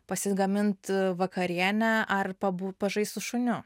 pasigamint vakarienę ar pabū pažaist su šuniu